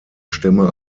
stämme